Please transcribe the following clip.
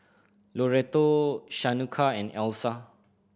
Loretto Shaneka and Elsa